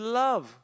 love